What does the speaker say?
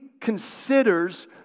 considers